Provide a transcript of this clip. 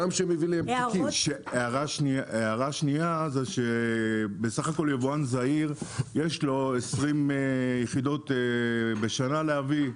הערה שנייה זה שבסך הכול ליבואן זעיר יש 20 יחידות בשנה להביא,